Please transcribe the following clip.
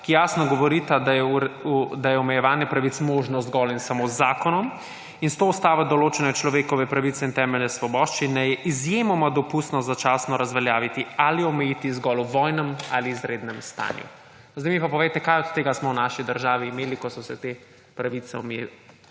ki jasno govorita, da je omejevanje pravic možno zgolj in samo z zakonom. S to ustavo je določene človekove pravice in temeljne svoboščine izjemoma dopustno začasno razveljaviti ali omejiti zgolj v vojnem ali izrednem stanju. Zdaj mi pa povejte, kaj od tega smo v naši državi imeli, ko so se te pravice omejevale.